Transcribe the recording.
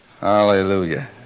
Hallelujah